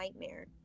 nightmare